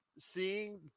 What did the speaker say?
seeing